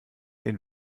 den